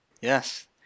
Yes